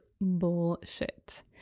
bullshit